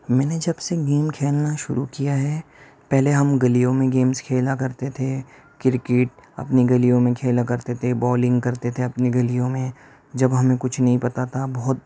میں نے جب سے گیم کھیلنا شروع کیا ہے پہلے ہم گلیوں میں گیمس کھیلا کرتے تھے کرکٹ اپنی گلیوں میں کھیلا کرتے تھے بالنگ کرتے تھے اپنی گلیوں میں جب ہمیں کچھ نہیں پتہ تھا بہت